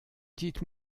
dites